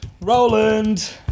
Roland